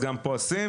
אז גם פה עושים,